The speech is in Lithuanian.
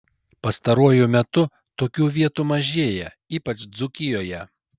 pastaruoju metu tokių vietų mažėja ypač dzūkijoje